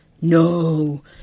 No